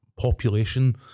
population